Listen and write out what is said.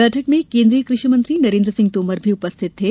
बैठक में कोन्द्रीय कृषि मंत्री नरेन्द्र सिंह तोमर भी उपस्थित थे